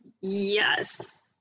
Yes